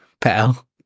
Pal